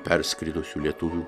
perskridusių lietuvių